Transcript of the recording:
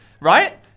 right